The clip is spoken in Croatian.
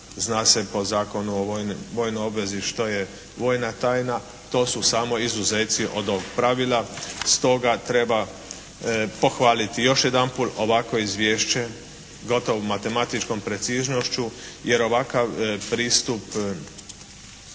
zna se po Zakonu o vojnoj obvezi što je vojna tajna. To su samo izuzeci od ovog pravila stoga treba pohvaliti još jedanput ovakvo izvješće gotovo matematičkom preciznošću, jer ovakav pristup